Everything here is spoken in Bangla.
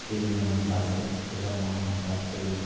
বিভিন্ন মাছ আসে সেসব মাছ আমরা ফেলি